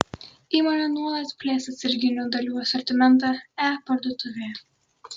įmonė nuolat plės atsarginių dalių asortimentą e parduotuvėje